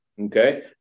Okay